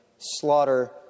slaughter